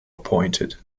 appointed